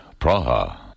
Praha